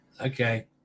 Okay